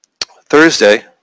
Thursday